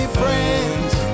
friends